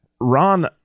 Ron